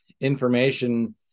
information